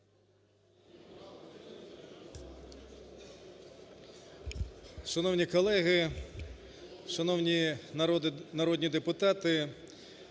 Шановні колеги, шановні народні депутати,